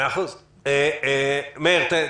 מאיר שפיגלר,